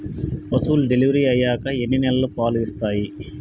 పశువులు డెలివరీ అయ్యాక ఎన్ని నెలల వరకు పాలు ఇస్తాయి?